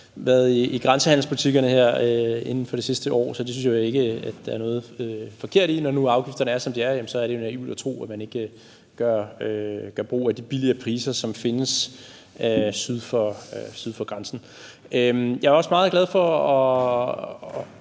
selv været i grænsehandelsbutikkerne her inden for det sidste år, så det synes jeg jo ikke at der er noget forkert i. Når nu afgifterne er, som de er, er det jo naivt at tro, at man ikke udnytter de lavere priser, som findes syd for grænsen. Jeg er også meget glad for at